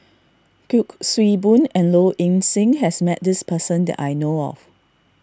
Kuik Swee Boon and Low Ing Sing has met this person that I know of